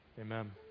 Amen